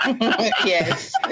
Yes